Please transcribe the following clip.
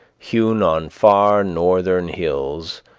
hewn on far northern hills,